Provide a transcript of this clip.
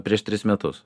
prieš tris metus